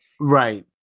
Right